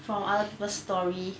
from other people story